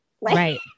right